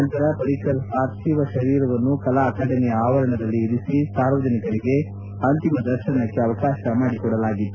ನಂತರ ಪರಿಕ್ಕರ್ ಪಾರ್ಥಿವ ಶರೀರವನ್ನು ಕಲಾ ಅಕಾಡೆಮಿಯ ಆವರಣದಲ್ಲಿ ಇರಿಸಿ ಸಾರ್ವಜನಿಕರಿಗೆ ಅಂತಿಮ ದರ್ತನಕ್ಕೆ ಅವಕಾಶ ಮಾಡಿಕೊಡಲಾಗಿತ್ತು